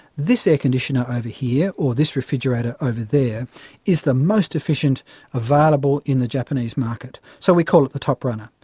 this air conditioner over here or this refrigerator over there is the most efficient available in the japanese market, so we call it the top runner.